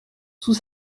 sous